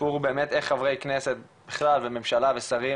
הסיפור הוא באמת איך חברי כנסת בכלל וממשלה ושרים